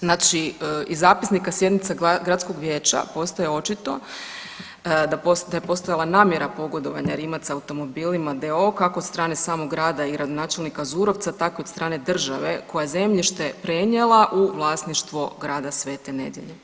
Znači iz zapisnika sjednica gradskog vijeća postaje očito da je postojala namjera pogodovanja Rimac automobilima d.o.o., kako od strane samog grada i gradonačelnika Zurovca, tako od strane države koja je zemljište prenijela u vlasništvo grada Svete Nedelje.